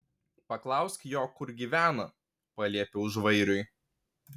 paklausk jo kur gyvena paliepiau žvairiui